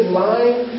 line